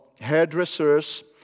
hairdressers